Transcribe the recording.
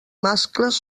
mascles